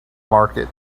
market